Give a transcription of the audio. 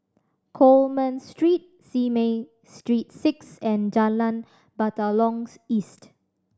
Coleman Street Simei Street Six and Jalan Batalong's East